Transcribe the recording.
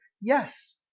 yes